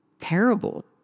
terrible